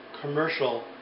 commercial